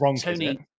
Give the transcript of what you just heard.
Tony